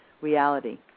reality